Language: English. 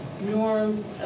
norms